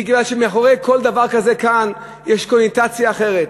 בגלל שמאחורי כל דבר כזה כאן יש קונוטציה אחרת,